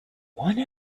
one